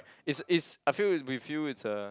is is I feel is with you it's a